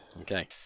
Okay